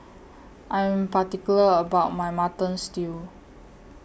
I Am particular about My Mutton Stew